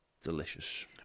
Delicious